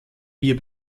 bier